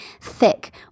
thick